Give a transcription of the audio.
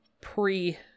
pre